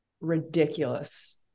ridiculous